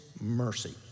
mercy